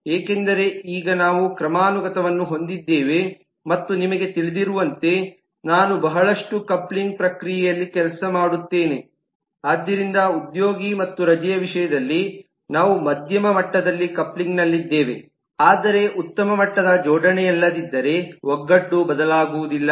ಏಕೆಂದರೆ ಈಗ ನಾವು ಕ್ರಮಾನುಗತವನ್ನು ಹೊಂದಿದ್ದೇವೆ ಮತ್ತು ನಿಮಗೆ ತಿಳಿದಿರುವಂತೆ ನಾನು ಬಹಳಷ್ಟು ಕಪ್ಲಿಂಗ್ ಪ್ರಕ್ರಿಯೆಯಲ್ಲಿ ಕೆಲಸ ಮಾಡುತ್ತೇನೆ ಆದ್ದರಿಂದ ಉದ್ಯೋಗಿ ಮತ್ತು ರಜೆಯ ವಿಷಯದಲ್ಲಿ ನಾವು ಮಧ್ಯಮ ಮಟ್ಟದಲ್ಲಿ ಕಪ್ಲಿಂಗ್ನಲ್ಲಿದ್ದೇವೆ ಆದರೆ ಉನ್ನತ ಮಟ್ಟದ ಜೋಡಣೆಯಲ್ಲದಿದ್ದರೆ ಒಗ್ಗಟ್ಟು ಬದಲಾಗುವುದಿಲ್ಲ